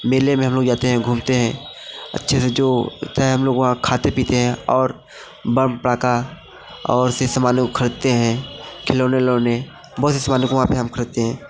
मेले में हम लोग जाते हैं घूमते हैं अच्छे से जो होता है हम लोग वहाँ खाते पीते हैं और बम पड़ाका और से सामान लोग खरीदते हैं खिलौने विलौने बहुत से सामानों को वहाँ पर हम खरीदते हैं